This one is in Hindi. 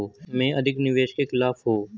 मैं अधिक निवेश के खिलाफ हूँ